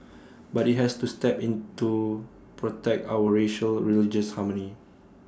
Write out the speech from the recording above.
but IT has to step in to protect our racial religious harmony